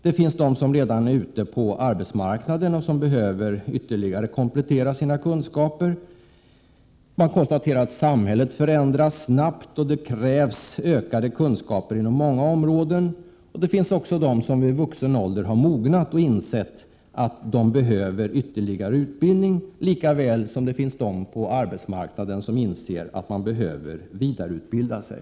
Det finns de som redan är ute på arbetsmarknaden och som behöver ytterligare komplettera sina kunskaper. Vidare konstateras att samhället förändras snabbt och att det krävs ökade kunskaper inom många områden. Det finns också de som vid vuxen ålder har mognat och insett att de behöver ytterligare utbildning, lika väl som det finns 139 de på arbetsmarknaden som inser att de behöver vidareutbilda sig.